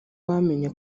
bamenye